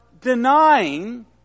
denying